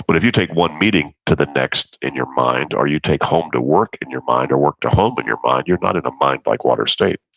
but if you take one meeting to the next in your mind or you take home to work in your mind or work to home in your mind, you're not in a mind like water state